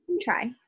try